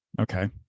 Okay